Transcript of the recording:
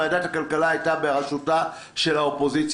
ועדת הכלכלה הייתה בראשותה של האופוזיציה.